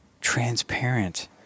transparent